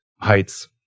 heights